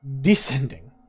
Descending